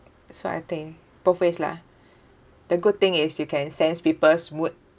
that's what I think both ways lah the good thing is you can sense people's mood